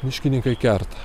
miškininkai kerta